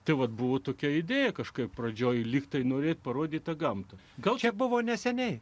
tai vat buvo tokia idėja kažkaip pradžioje lyg tai norėti parodyta gamta gal kiek buvo neseniai